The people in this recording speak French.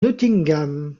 nottingham